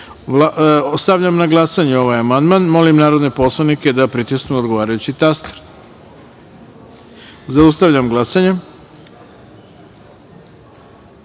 Komlenski. Stavljam na glasanje ovaj amandman. Molim narodne poslanike da pritisnu odgovarajući taster. Zaustavljam glasanje: